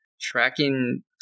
tracking